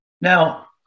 Now